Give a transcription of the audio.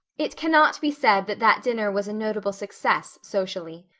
it cannot be said that that dinner was a notable success socially.